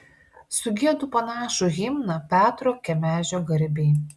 sugiedu panašų himną petro kemežio garbei